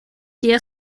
día